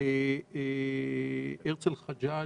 הרצל חג'אג',